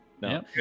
No